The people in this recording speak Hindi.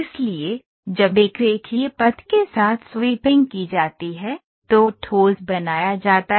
इसलिए जब एक रेखीय पथ के साथ स्वीपिंग की जाती है तो ठोस बनाया जाता है